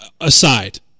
aside